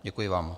Děkuji vám.